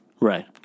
Right